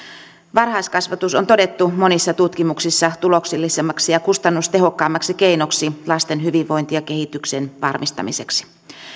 varhaiskasvatus on todettu monissa tutkimuksissa tuloksellisimmaksi ja kustannustehokkaimmaksi keinoksi lasten hyvinvoinnin ja kehityksen varmistamiseksi